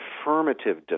affirmative